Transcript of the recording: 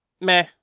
meh